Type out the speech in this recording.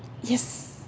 yes